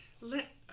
let